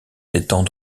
s’étend